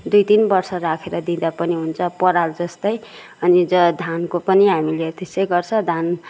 दुई तिन वर्ष राखेर दिदाँ पनि हुन्छ पराल जस्तै अनि धानको पनि हामीले त्यसै गर्छ धान